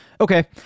Okay